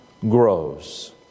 grows